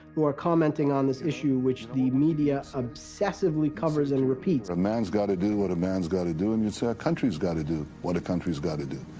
who are commenting on this issue, which the media obsessively covers and repeats. a manis gotta do what a manis gotta do, and you say a countryis gotta do what a countryis gotta do.